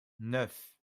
neuf